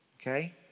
Okay